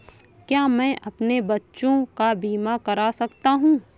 क्या मैं अपने बच्चों का बीमा करा सकता हूँ?